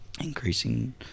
increasing